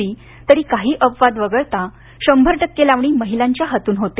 मात्र काही अपवाद वगळता शंभर टक्के लावणी महिलांच्या हातून होते